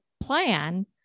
plan